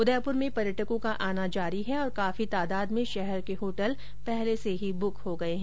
उदयपूर में पर्यटकों का आना जारी है और काफी तादाद में शहर के होटल पहले से ही बुक हो गये हैं